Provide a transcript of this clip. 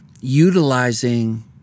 utilizing